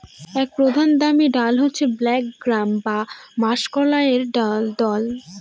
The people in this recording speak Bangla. এক প্রধান দামি ডাল হচ্ছে ব্ল্যাক গ্রাম বা মাষকলাইর দল